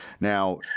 Now